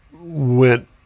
went